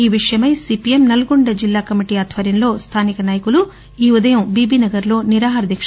ఈ విషయమై సిపిఎం నల్గొండ జిల్లా కమిటీ ఆధ్వర్యంలో స్లానిక నాయకులు ఈ ఉదయం బీబీ నగర్ లో నిరాహారదీక